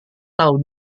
tahu